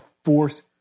Force